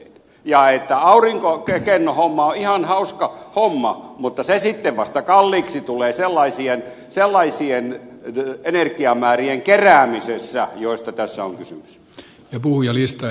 ja aurinkokennohomma on ihan hauska homma mutta se sitten vasta kalliiksi tulee sellaisten energiamäärien keräämisessä joista tässä on kysymys